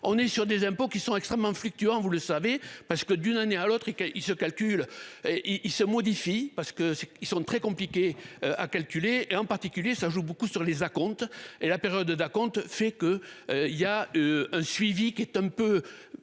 on est sur des impôts qui sont extrêmement fluctuants, vous le savez parce que d'une année à l'autre et qu'il se calcule. Il se modifie. Parce que c'est, ils sont très compliquées à calculer et en particulier ça joue beaucoup sur les acomptes et la période d'acompte fait que il y a un suivi qui est un peu.